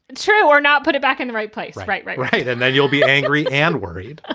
it's true or not. put it back in the right place right, right. right. and then you'll be angry and worried ah